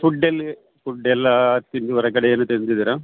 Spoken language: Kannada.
ಫುಡ್ಡಲ್ಲಿ ಫುಡ್ ಎಲ್ಲಾ ತಿಂದು ಹೊರಗಡೆ ಏನು ತಿಂದಿದೀರಾ